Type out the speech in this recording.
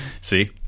See